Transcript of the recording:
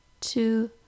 two